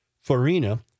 Farina